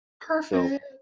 perfect